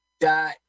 dot